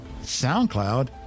SoundCloud